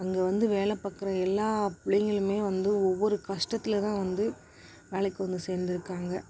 அங்கே வந்து வேலை பார்க்குற எல்லா பிள்ளைங்களுமே வந்து ஒவ்வொரு கஷ்டத்தில் தான் வந்து வேலைக்கு வந்து சேர்ந்துருக்காங்க